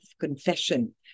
confession